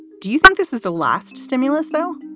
do you think this is the last stimulus? no